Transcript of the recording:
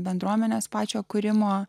bendruomenės pačio kūrimo